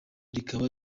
rikaba